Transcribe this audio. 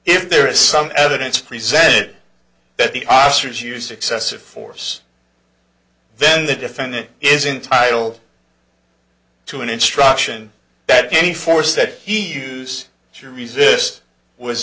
if there is some evidence presented that the os are to use excessive force then the defendant is entitled to an instruction that any force that he use to resist was